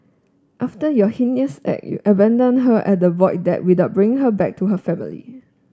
after your heinous act you abandoned her at the Void Deck without bringing her back to her family